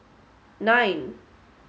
nine